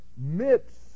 midst